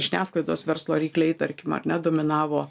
žiniasklaidos verslo rykliai tarkim ar ne dominavo